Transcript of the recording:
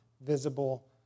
visible